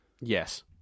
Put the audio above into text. Yes